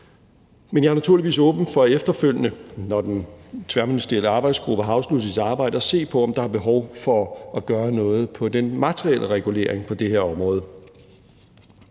Men jeg er naturligvis åben for efterfølgende, når den tværministerielle arbejdsgruppe har afsluttet sit arbejde, at se på, om der er behov for at gøre noget i forhold til den materielle regulering på det her område.